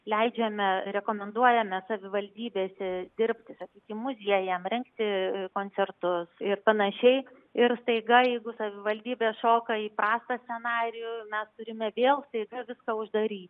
leidžiame rekomenduojame savivaldybėse dirbti sakykim muziejam rengti koncertus ir panašiai ir staiga jeigu savivaldybė šoka į prastą scenarijų mes turime vėl staiga viską uždaryti